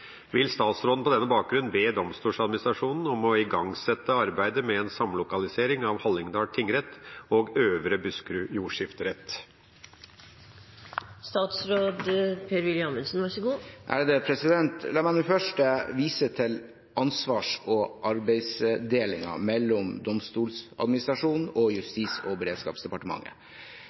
Vil statsråden på denne bakgrunn be Domstoladministrasjonen om å igangsette arbeidet med en samlokalisering av Hallingdal tingrett og Øvre Buskerud jordskifterett?» La meg først vise til ansvars- og arbeidsdelingen mellom Domstoladministrasjonen og Justis- og beredskapsdepartementet.